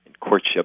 courtship